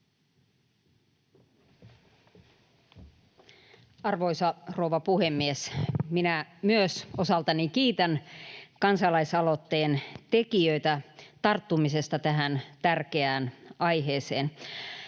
Arvoisa rouva puhemies! Minä myös osaltani kiitän kansalaisaloitteen tekijöitä tarttumisesta tähän tärkeään aiheeseen.